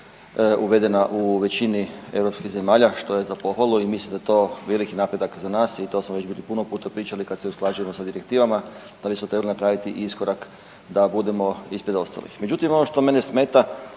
uvedena u većini europskih zemalja, što je za pohvalu i mislim da je to veliki napredak za nas i to smo već bili puno puta pričali kad se usklađujemo sa direktivama da bismo trebali napraviti iskorak da budemo ispred ostalih.